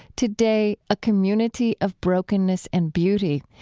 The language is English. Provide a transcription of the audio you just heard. today, a community of brokenness and beauty,